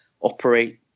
operate